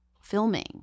filming